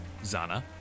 Zana